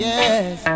Yes